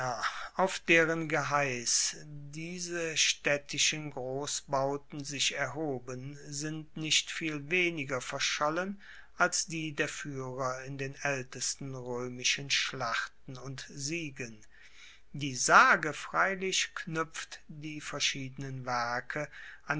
auf deren geheiss diese staedtischen grossbauten sich erhoben sind nicht viel weniger verschollen als die der fuehrer in den aeltesten roemischen schlachten und siegen die sage freilich knuepft die verschiedenen werke